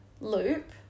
loop